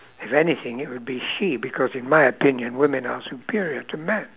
if anything it would be she because in my opinion women are superior to men